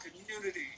community